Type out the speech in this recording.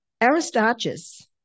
Aristarchus